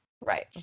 Right